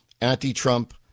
anti-Trump